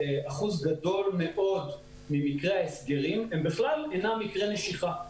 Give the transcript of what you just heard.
אחוז גדול ממקרי ההסגרים הוא בכלל לא קשור במקרי נשיכה.